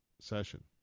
session